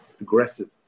aggressive